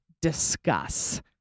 discuss